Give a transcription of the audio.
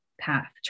path